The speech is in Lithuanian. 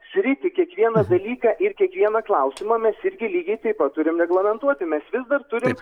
sritį kiekvieną dalyką ir kiekvieną klausimą mes irgi lygiai taip pat turim reglamentuoti mes vis dar turim